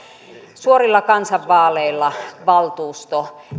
suorilla kansanvaaleilla valtuusto